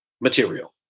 material